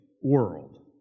world